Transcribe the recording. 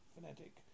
fanatic